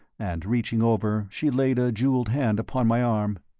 and reaching over she laid her jewelled hand upon my arm,